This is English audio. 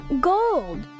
Gold